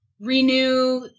renew